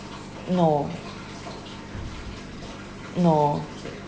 no no